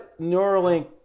Neuralink